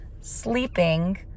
sleeping